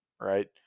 right